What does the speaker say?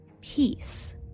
peace